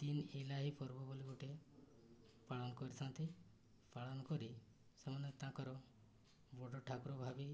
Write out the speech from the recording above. ଦିନ୍ ଇଲାଇ ପର୍ବ ବୋଲି ଗୋଟିଏ ପାଳନ କରିଥାନ୍ତି ପାଳନ କରି ସେମାନେ ତାଙ୍କର ବଡ଼ ଠାକୁର ଭାବି